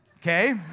okay